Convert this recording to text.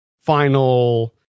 final